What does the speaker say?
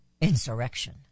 insurrection